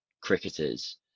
cricketers